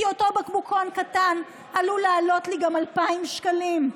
כי אותו בקבוקון קטן עלול לעלות לי גם 2,000 שקלים.